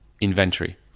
inventory